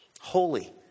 Holy